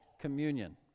communion